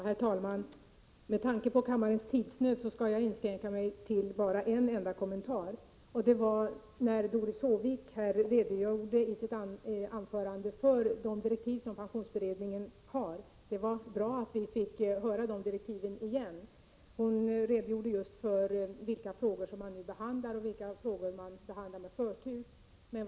Herr talman! Med tanke på kammarens tidsnöd skall jag inskränka mig till bara en enda kommentar. Doris Håvik redogjorde i sitt anförande för pensionsberedningens direktiv. Det var bra att vi fick höra dessa direktiv igen. Hon redovisade vilka frågor som beredningen nu arbetar med och vilka som behandlas med förtur.